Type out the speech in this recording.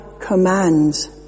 commands